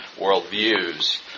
worldviews